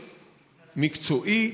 מקצועי,